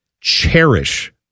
cherish